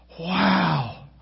wow